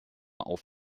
auf